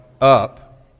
up